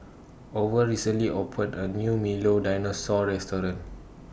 Orval recently opened A New Milo Dinosaur Restaurant